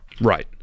right